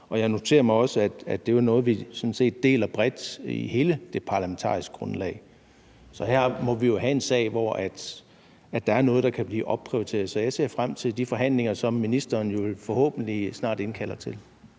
og jeg noterer mig også, at det jo er noget, vi sådan set deler bredt i hele regeringens parlamentariske grundlag. Så her må vi jo have en sag, hvor der er noget, der kan blive opprioriteret. Så jeg ser frem til de forhandlinger, som ministeren forhåbentlig snart indkalder til.